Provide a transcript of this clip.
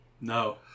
No